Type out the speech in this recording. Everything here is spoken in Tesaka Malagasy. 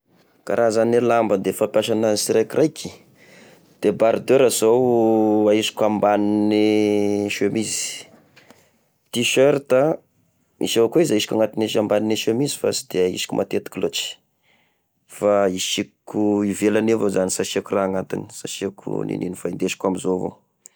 Karazane lamba da e fampiasa anazy siraikiraiky: debardeura zao aisiko ambanine chemise ,t-shirt misy avakoa izy aisiko anaty, aisiko ambanignine e chemise fa sy aisiko matetiky lôtry, fa isiko ivelany evao izany sy asiako raha anatiny sy asiako ninigno fa indesiko amzao avao